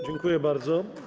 Dziękuję bardzo.